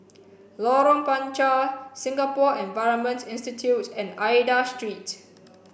Lorong Panchar Singapore Environment Institute and Aida Street